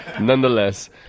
nonetheless